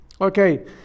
Okay